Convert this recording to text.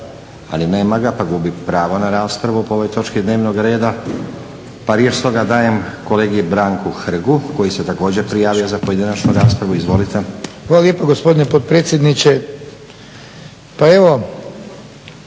Nema ga, gubi pravo na raspravu po ovoj točki dnevnog reda. Pa riječ stoga dajem kolegi Branku Hrgu koji se također prijavio za pojedinačnu raspravu. Izvolite. **Hrg, Branko (HSS)** Hvala lijepo gospodine potpredsjedniče. Pa evo